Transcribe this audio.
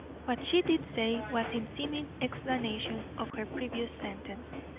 what she did say was in seeming explanation of her previous sentence.